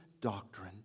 doctrine